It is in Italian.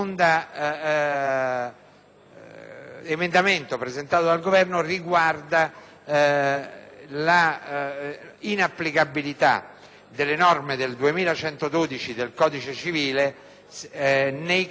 emendamento presentato dal Governo riguarda l'inapplicabilità delle norme dell'articolo 2112 del codice civile nei casi in cui